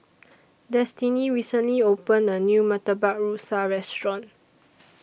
Destini recently opened A New Murtabak Rusa Restaurant